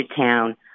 Town